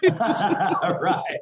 Right